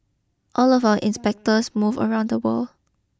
all of our inspectors move around the world